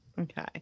Okay